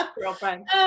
girlfriend